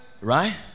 right